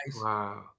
wow